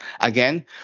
again